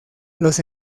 los